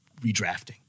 redrafting